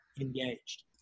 engaged